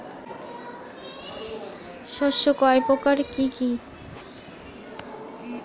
শস্য কয় প্রকার কি কি?